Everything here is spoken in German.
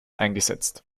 eingesetzt